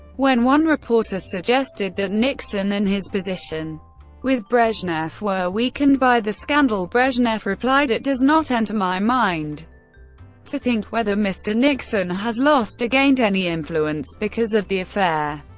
when one reporter suggested that nixon and his position with brezhnev were weakened by the scandal, brezhnev replied, it does not enter my mind to think whether mr. nixon has lost or gained any influence, because of the affair.